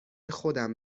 خودم